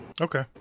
Okay